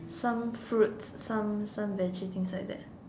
some fruits some some Veggie things like that